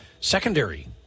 secondary